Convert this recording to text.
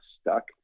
stuck